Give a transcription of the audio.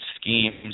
schemes